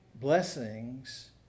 blessings